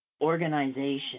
organization